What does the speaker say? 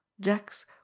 jacks